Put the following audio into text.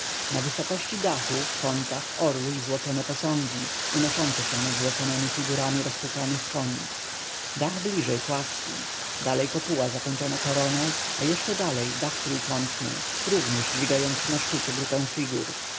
na wysokości dachu w kątach orły i złocone posągi unoszące się nad złoconemi figurami rozhukanych koni dach bliżej płaski dalej kopuła zakończona koroną a jeszcze dalej dach trójkątny również dźwigający na szczycie grupę figur